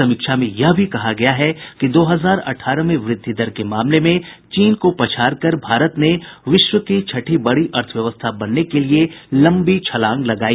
समीक्षा में यह भी कहा गया है कि दो हजार अठारह में वृद्धि दर के मामले मे चीन को पछाड़ कर भारत ने विश्व की छठी बड़ी अर्थव्यवस्था बनने के लिए लंबी छलांग लगाई